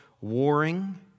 warring